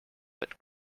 but